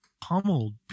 pummeled